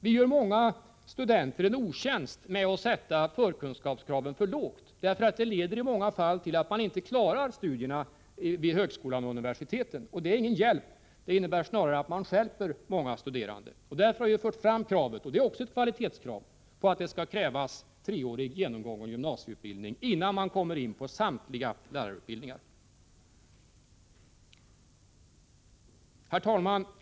Vi gör många studenter en otjänst med att sätta förkunskapskraven för lågt, därför att det leder i många fall till att de inte klarar studierna vid högskolan och universiteten. Det är ingen hjälp, utan det innebär snarare att man stjälper många studerande. Därför har vi fört fram kravet — det är också ett kvalitetskrav — att studenterna skall ha genomgått 3-årig gymnasieutbildning innan de kommer in på en lärarutbildning. Herr talman!